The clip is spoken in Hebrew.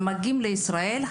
אבל מגיעים לישראל,